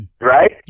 right